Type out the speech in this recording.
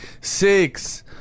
six